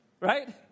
right